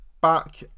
back